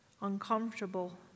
uncomfortable